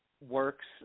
works